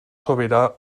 sobirà